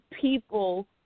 people